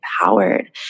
empowered